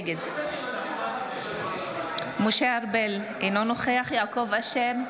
נגד משה ארבל, אינו נוכח יעקב אשר,